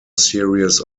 series